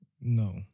No